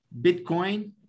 Bitcoin